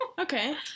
okay